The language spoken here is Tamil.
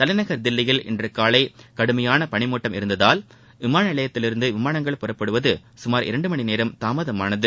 தலைநகர் தில்லியில் இன்று காலை கடுமையான பனிமூட்டம் இருந்ததால் விமான நிலையத்திலிருந்து விமானங்கள் புறப்படுவது சுமார் இரண்டுமணி நேரம் தாமதமானது